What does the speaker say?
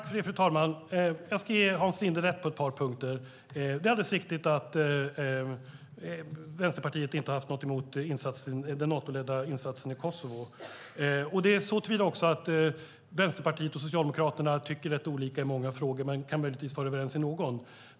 Fru talman! Jag ska ge Hans Linde rätt på ett par punkter. Det är alldeles riktigt att Vänsterpartiet inte har haft något emot den Natoledda insatsen i Kosovo. Vänsterpartiet och Socialdemokraterna tycker rätt olika i många frågor men kan möjligtvis vara överens i någon.